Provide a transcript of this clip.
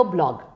Blog